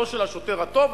לא של השוטר הטוב,